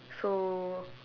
so